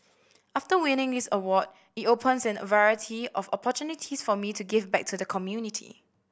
after winning this award it opens a variety of opportunities for me to give back to the community